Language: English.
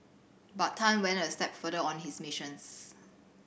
but Tan went a step further on his missions